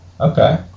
Okay